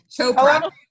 Chopra